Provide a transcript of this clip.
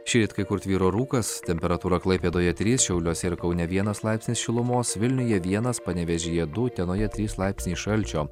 šįryt kai kur tvyro rūkas temperatūra klaipėdoje trys šiauliuose ir kaune vienas laipsnis šilumos vilniuje vienas panevėžyje du utenoje trys laipsniai šalčio